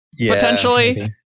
potentially